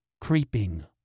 creeping